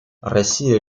россия